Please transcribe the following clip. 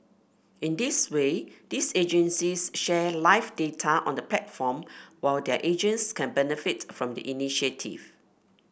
in this way these agencies share live data on the platform while their agents can benefit from the initiative